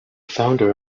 founder